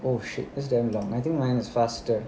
oh shit is damn long I think mine is faster